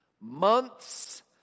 months